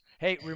Hey